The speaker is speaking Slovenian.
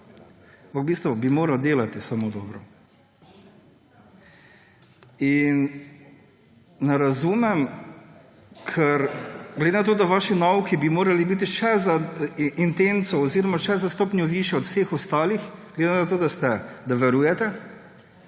v bistvu bi moral delati samo dobro. In ne razumem, ker glede na to, da bi vaši nauki morali biti še za intenco oziroma še za stopnjo višji od vseh ostalih – glede na to, da varujete,